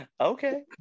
okay